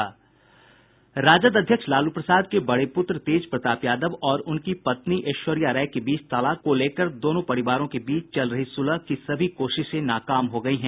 राजद अध्यक्ष लालू प्रसाद के बड़े पूत्र तेजप्रताप यादव और उनकी पत्नी ऐश्वर्या राय के बीच तलाक को लेकर दोनों परिवारों के बीच चल रही सुलह की सभी कोशिशें नाकाम हो गयी हैं